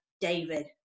David